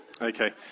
Okay